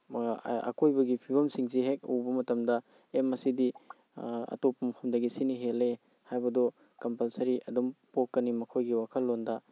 ꯑꯀꯣꯏꯕꯒꯤ ꯐꯤꯕꯝꯁꯤꯡꯁꯤ ꯍꯦꯛ ꯎꯕ ꯃꯇꯝꯗ ꯑꯦ ꯃꯁꯤꯗꯤ ꯑꯇꯣꯞꯄ ꯃꯐꯝꯗꯒꯤ ꯁꯤꯅ ꯍꯦꯜꯂꯦ ꯍꯥꯏꯕꯗꯨ ꯀꯝꯄꯜꯁꯔꯤ ꯑꯗꯨꯝ ꯄꯣꯛꯀꯅꯤ ꯃꯈꯣꯏꯒꯤ ꯋꯥꯈꯜꯂꯣꯜꯗ